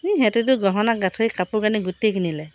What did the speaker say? ই সিহঁতেতো গহণা গাঁঠৰি কাপোৰ কানি গোটেই কিনিলে